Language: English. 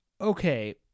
Okay